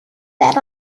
that